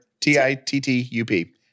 t-i-t-t-u-p